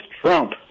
trump